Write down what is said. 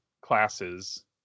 classes